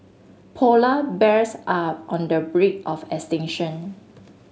polar bears are on the brink of extinction